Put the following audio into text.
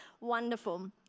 wonderful